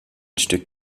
stück